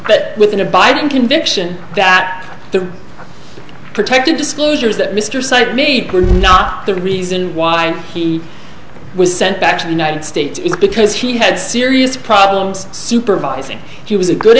but with an abiding conviction that the protected disclosures that mr sipe made were not the reason why he was sent back to the united states because he had serious problems supervising he was a good